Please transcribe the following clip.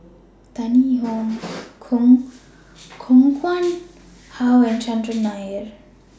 Tan Yee Hong Koh Nguang How and Chandran Nair